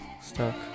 stuck